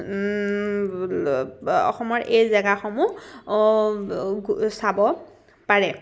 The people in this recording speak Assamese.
অসমৰ এই জেগাসমূহ চাব পাৰে